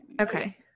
Okay